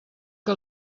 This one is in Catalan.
que